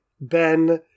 Ben